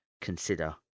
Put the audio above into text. consider